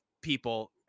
people